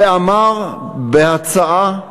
ואמר בהצעה,